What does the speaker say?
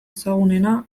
ezagunena